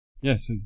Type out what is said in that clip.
Yes